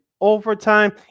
overtime